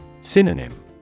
Synonym